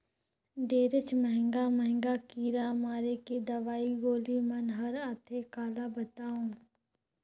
ढेरेच महंगा महंगा कीरा मारे के दवई गोली मन हर आथे काला बतावों